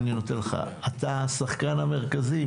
אתה השחקן המרכזי.